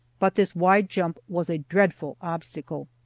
but this wide jump was a dreadful obstacle.